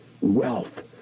wealth